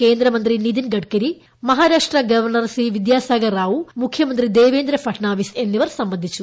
കേന്ദ്രമന്ത്രി Nitin Gadkari Maharashtra governor C വിദ്യാസാഗർറാണ്ട് മുഖ്യമന്ത്രി ദേവേന്ദ്ര ഫഡ്നാവിസ് എന്നിവർ സംബന്ധിച്ചു